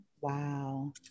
wow